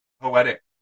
poetic